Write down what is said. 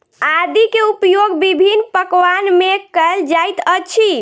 आदी के उपयोग विभिन्न पकवान में कएल जाइत अछि